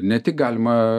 ne tik galima